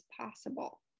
possible